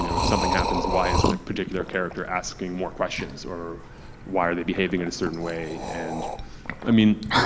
you know if something happens, why isn't a particular character asking more questions, or why are they behaving in a certain way? and i mean,